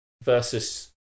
versus